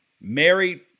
married